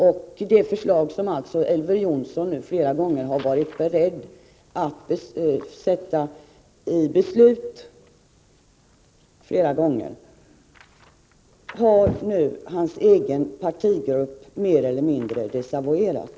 Men detta förslag, som Elver Jonsson flera gånger varit beredd att omsätta i beslut, har nu hans egen partigrupp desavouerat.